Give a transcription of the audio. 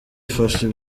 ifasha